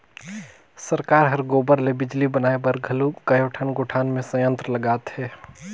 सरकार हर गोबर ले बिजली बनाए बर घलो कयोठन गोठान मे संयंत्र लगात हे